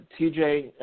TJ